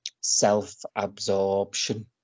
self-absorption